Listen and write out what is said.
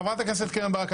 חברת הכנסת קרן ברק,